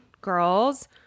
girls